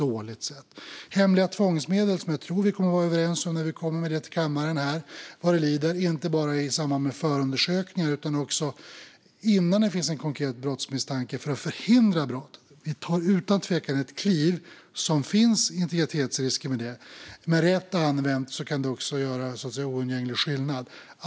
Genom att använda hemliga tvångsmedel inte bara i samband med förundersökningar utan också för att förhindra brott innan det finns en konkret brottsmisstanke, något jag tror vi kommer att vara överens om när regeringen kommer med det till kammaren, tar Sverige utan tvekan ett kliv som innebär integritetsrisker. Men rätt använt kan det också göra oundgänglig skillnad.